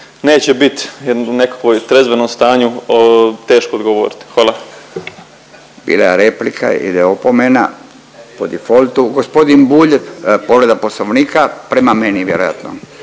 neće bit u nekakvom trezvenom stanju teško odgovoriti. Hvala. **Radin, Furio (Nezavisni)** Bila je replika ide opomena po defaultu. Gospodin Bulj povreda Poslovnika prema meni vjerojatno.